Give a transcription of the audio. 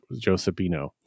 Josephino